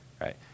Right